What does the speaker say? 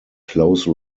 close